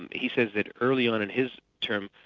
and he says that early on in his term,